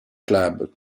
club